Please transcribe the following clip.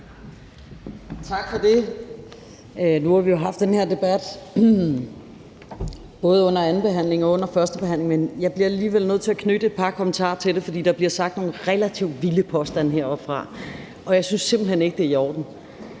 Tak for det. Nu har vi jo haft den her debat både under andenbehandlingen og under førstebehandlingen, men jeg bliver alligevel nødt til at knytte et par kommentarer til det, for der bliver fremsat nogle relativt vilde påstande heroppefra, og jeg synes simpelt hen ikke, det er i orden.